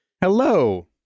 Hello